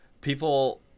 people